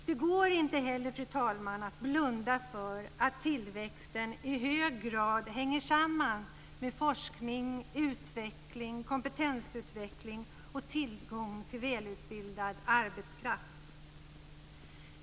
Det går inte heller att blunda för att tillväxten i hög grad hänger samman med forskning, utveckling, kompetensutveckling och tillgång till välutbildad arbetskraft.